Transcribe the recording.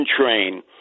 train